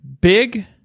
big